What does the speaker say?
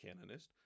canonist